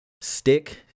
Stick